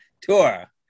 tour